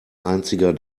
einziger